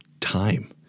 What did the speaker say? time